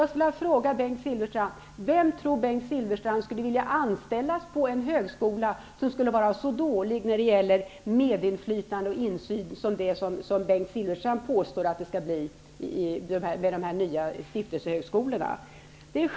Jag skulle vilja fråga: Vem tror Bengt Silfverstrand skulle vilja anställas på en högskola som är så dålig när det gäller medinflytande och insyn som Bengt Silfverstrand påstår kommer att bli fallet med de nya stiftelsehögskolorna?